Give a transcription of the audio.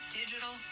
digital